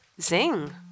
Zing